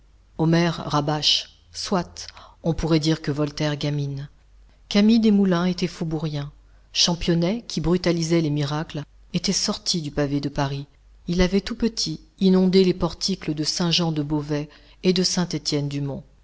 homère rabâche soit on pourrait dire que voltaire gamine camille desmoulins était faubourien championnet qui brutalisait les miracles était sorti du pavé de paris il avait tout petit inondé les portiques de saint-jean de beauvais et de saint-etienne